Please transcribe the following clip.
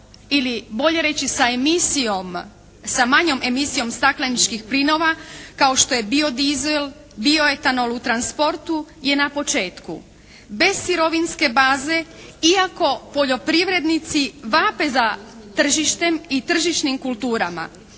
emisijom, sa manjom emisijom stakleničkih plinova kao što je biodizel, bioetanol u transportu je na početku. Bez sirovinske baze iako poljoprivrednici vape za tržištem i tržišnim kulturama